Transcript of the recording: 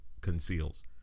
conceals